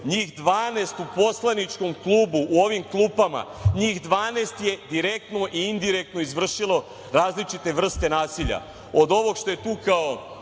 njih 12 u poslaničkom klubu u ovim klupama, njih 12 je direktno i indirektno izvršilo različite vrste nasilja – od ovog što je tukao